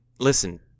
Listen